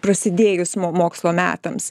prasidėjus mo mokslo metams